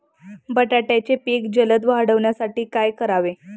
बटाट्याचे पीक जलद वाढवण्यासाठी काय करावे?